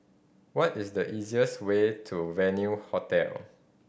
what is the easiest way to Venue Hotel